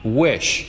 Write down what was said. wish